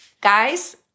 guys